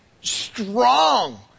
strong